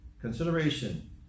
Consideration